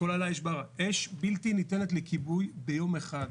אש בלתי ניתנת לכיבוי ביום אחד.